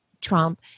Trump